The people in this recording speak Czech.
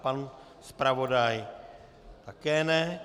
Pan zpravodaj také ne.